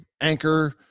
anchor